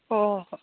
ꯍꯣꯏ ꯍꯣꯏ